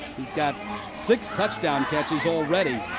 he's got six touchdown catches already.